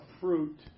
fruit